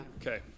Okay